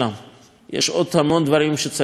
יש עוד המון דברים שנכון וצריך לעשות,